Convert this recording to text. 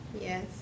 Yes